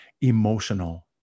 emotional